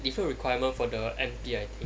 different requirement for the M_P I think